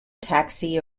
taxi